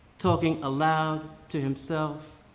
talking aloud to himself,